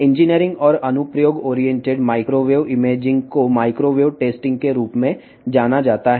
engineering మరియు application oriented microwave ఇమేజింగ్ను microwave testing అంటారు